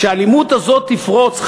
כשהאלימות הזאת תפרוץ,